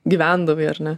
gyvendavai ar ne